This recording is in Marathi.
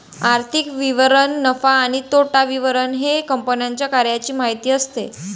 आर्थिक विवरण नफा आणि तोटा विवरण हे कंपन्यांच्या कार्याची माहिती असते